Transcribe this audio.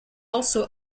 also